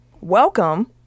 welcome